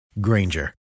Granger